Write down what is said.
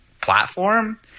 platform